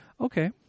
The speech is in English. okay